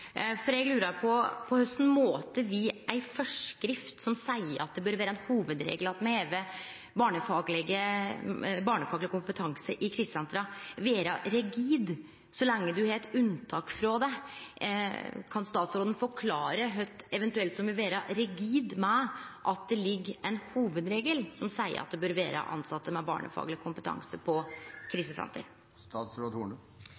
for eg lurer på korleis ei forskrift som seier at det bør vere ein hovudregel at me har barnefagleg kompetanse i krisesentera, kan vere rigid så lenge ein har eit unntak frå det. Kan statsråden forklare kva som eventuelt vil vere rigid med at det er ein hovudregel som seier at det bør vere tilsette med barnefagleg kompetanse på